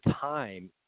time